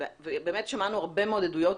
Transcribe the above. שמענו הרבה מאוד עדויות,